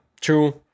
True